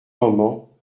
moment